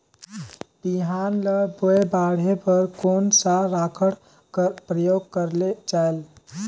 बिहान ल बोये बाढे बर कोन सा राखड कर प्रयोग करले जायेल?